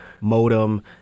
modem